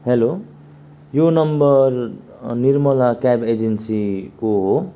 hello यो number Nirmala cab एजेन्सीको हो